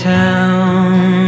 town